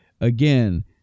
Again